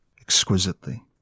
exquisitely